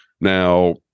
Now